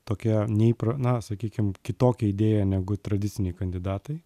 tokią neįpra na sakykim kitokią idėją negu tradiciniai kandidatai